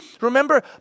remember